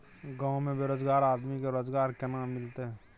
गांव में बेरोजगार आदमी के रोजगार केना मिलते?